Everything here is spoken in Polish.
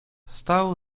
stał